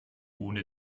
ohne